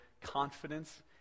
confidence